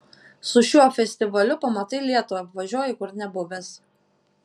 su šiuo festivaliu pamatai lietuvą apvažiuoji kur nebuvęs